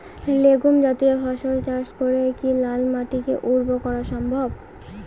Legume জাতীয় ফসল চাষ করে কি লাল মাটিকে উর্বর করা সম্ভব?